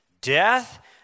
Death